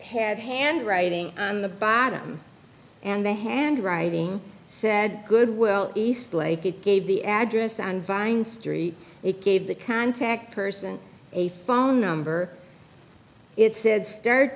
had handwriting on the bottom and the handwriting said good well eastlake it gave the address and vine street it gave the contact person a phone number it said start